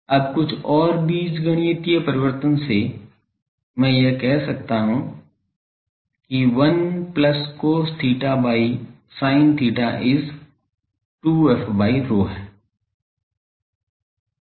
अब कुछ और बीजगणितीय परिवर्तन से मैं कह सकता हूं कि 1 plus cos theta by sin theta is 2f by ρ है